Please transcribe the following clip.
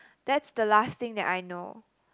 that's the last thing that I know